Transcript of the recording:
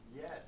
Yes